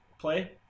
Play